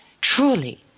truly